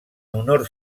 honor